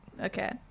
Okay